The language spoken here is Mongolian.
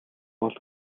бол